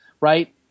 right